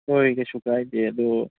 ꯍꯣꯏ ꯀꯔꯤꯁꯨ ꯀꯥꯏꯗꯦ ꯑꯗꯨ